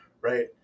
right